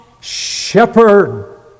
shepherd